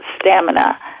stamina